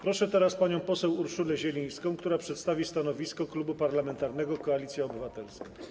Proszę teraz panią poseł Urszulę Zielińską, która przedstawi stanowisko Klubu Parlamentarnego Koalicja Obywatelska.